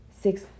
six